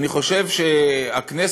אני חושב שהכנסת,